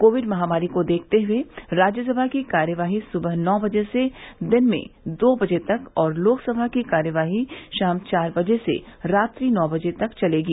Covid महामारी को देखते हुए राज्यसभा की कार्यवाही सुबह नौ बजे से दिन में दो बजे तक और लोकसभा की कार्यवाही शाम चार बजे से रात्रि नौ बजे तक चलेगी